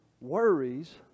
worries